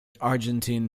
argentine